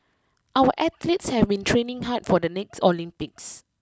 our athletes have been training hard for the next Olympics